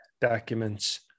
documents